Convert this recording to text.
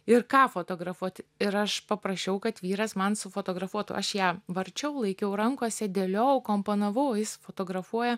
ir ką fotografuot ir aš paprašiau kad vyras man sufotografuotų aš ją varčiau laikiau rankose dėliojau komponavau jis fotografuoja